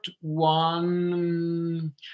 one